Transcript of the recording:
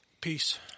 Peace